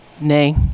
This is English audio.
Nay